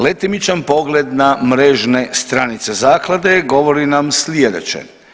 Letimičan pogled na mrežne stranice zaklade govori nam slijedeće.